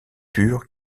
pur